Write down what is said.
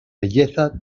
belleza